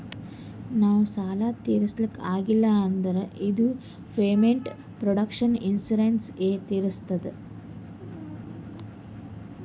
ನಾವ್ ಸಾಲ ತಿರುಸ್ಲಕ್ ಆಗಿಲ್ಲ ಅಂದುರ್ ಇದು ಪೇಮೆಂಟ್ ಪ್ರೊಟೆಕ್ಷನ್ ಇನ್ಸೂರೆನ್ಸ್ ಎ ತಿರುಸ್ತುದ್